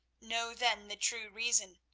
know then the true reason.